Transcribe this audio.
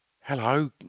Hello